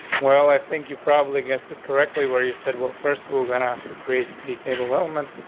well, i think you probably guessed it correctly where you said well, first of all, gonna have to create the table element.